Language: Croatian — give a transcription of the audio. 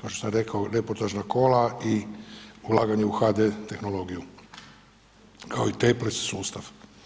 kao što sam rekao reportažna kola i ulaganje u HD tehnologiju, kao i temples sustav.